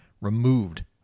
removed